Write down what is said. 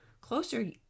Closer